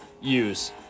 use